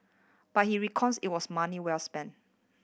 but he reckons it was money well spent